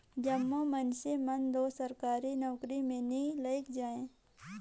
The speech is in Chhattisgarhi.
जम्मो मइनसे मन दो सरकारी नउकरी में नी लइग जाएं